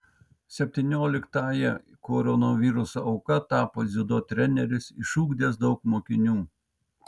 septynioliktąja koronaviruso auka tapo dziudo treneris išugdęs daug mokinių